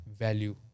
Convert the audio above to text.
value